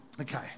Okay